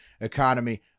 economy